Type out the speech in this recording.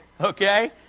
okay